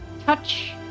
touch